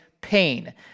pain